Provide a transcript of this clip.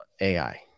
AI